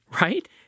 right